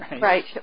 Right